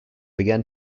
began